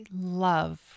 love